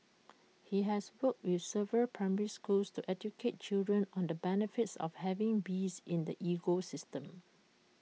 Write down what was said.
he has worked with several primary schools to educate children on the benefits of having bees in the ecosystem